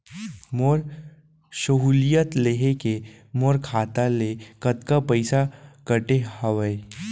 मोर सहुलियत लेहे के मोर खाता ले कतका पइसा कटे हवये?